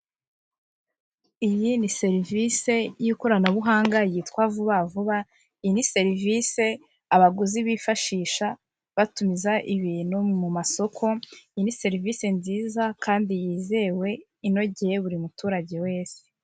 Iyi ni serivise y'ikoranabuhanga yitwa vuba vuba, iyi ni serivisi abaguzi bifashisha batumiza ibintu mu masoko, iyi ni serivise nziza kandi yizewe inogeye buri muturage wese.